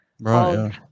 right